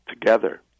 together